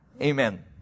Amen